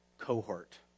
cohort